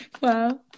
Wow